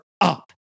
up